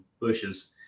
bushes